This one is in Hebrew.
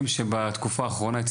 מקרים מהתקופה האחרונה,